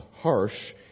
harsh